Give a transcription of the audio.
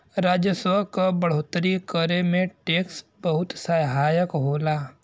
राजस्व क बढ़ोतरी करे में टैक्स बहुत सहायक होला